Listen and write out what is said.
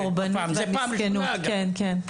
הקורבנות והמסכנות, כן, כן.